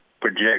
project